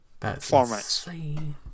formats